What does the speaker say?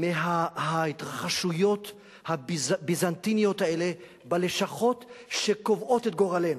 מההתרחשויות הביזנטיניות האלה בלשכות שקובעות את גורלנו.